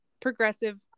progressive